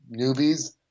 newbies